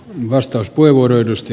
arvoisa puhemies